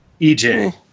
EJ